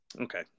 okay